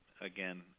again